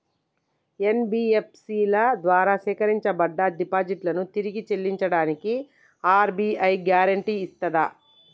NBFC ల ద్వారా సేకరించబడ్డ డిపాజిట్లను తిరిగి చెల్లించడానికి ఆర్.బి.ఐ గ్యారెంటీ ఇస్తదా?